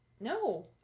No